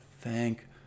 thank